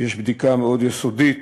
ויש בדיקה מאוד יסודית